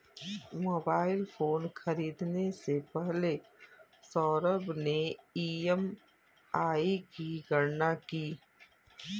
mobile phone खरीदने से पहले सौरभ ने ई.एम.आई की गणना की